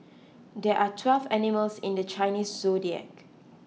there are twelve animals in the Chinese zodiac